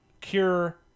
cure